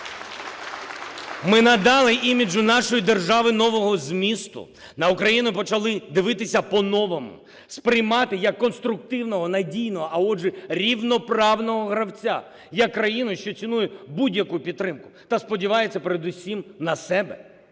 Ми надали іміджу нашої держави нового змісту, на Україну почали дивитися по-новому, сприймати як конструктивного, надійного, а отже, рівноправного гравця, як країну, що цінує будь-яку підтримку та сподівається передусім на себе,